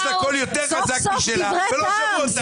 יש לה קול יותר חזק משלה, ולא שמעו אותה.